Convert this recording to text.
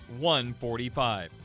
145